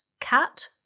cat